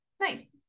Nice